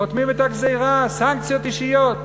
חותמים את הגזירה, סנקציות אישיות.